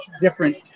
different